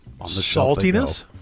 saltiness